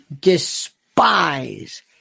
despise